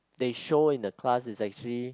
they in show in the class is actually